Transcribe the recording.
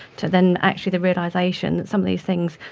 to then actually the realisation that some of these things,